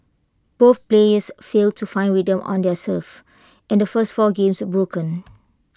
both players failed to find rhythm on their serve and the first four games were broken